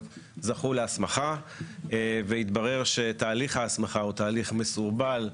זכו להסמכה והתברר שתהליך ההסמכה הוא תהליך מסורבל,